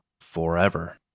forever